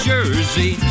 Jersey